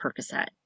Percocet